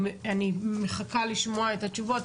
אני מחכה לשמוע את התשובות,